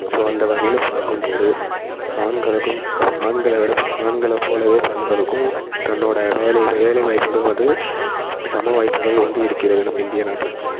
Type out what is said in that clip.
so அந்த வகையில் பார்க்கும்போது ஆண்களுக்கும் ஆண்களை விட இப்போ ஆண்களை போலவே பெண்களுக்கும் தன்னோட வேலை வேலை வாய்ப்புகள் வந்து சம வாய்ப்புகள் வந்து இருக்கிறது நம்ம இந்திய நாட்டில்